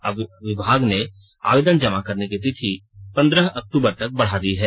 अब विभाग ने आवेदन जमा करने की तिथि पंद्रह अक्तूबर तक बढ़ा दी है